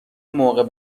موقع